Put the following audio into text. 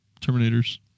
Terminators